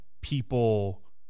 people